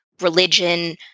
religion